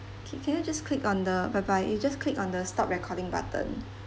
okay can I just click on the whereby you just click on the stop recording button